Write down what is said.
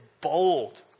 bold